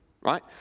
Right